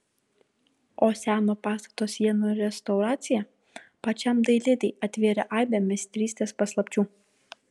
o seno pastato sienų restauracija pačiam dailidei atvėrė aibę meistrystės paslapčių